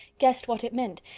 guessed what it meant,